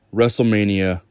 Wrestlemania